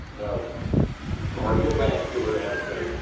of cardiovascular adaptation,